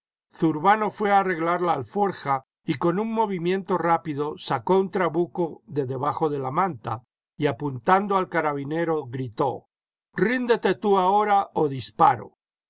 zurbano fué a arreglar la alforja y con un movimiento rápido sacó un trnbuco de debajo de la manta y apuntando al carabinero gritó ríndete tú ahora o disparo